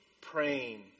praying